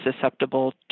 susceptible